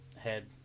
head